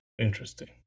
Interesting